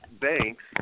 banks